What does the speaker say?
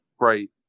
Right